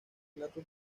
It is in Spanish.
plato